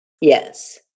Yes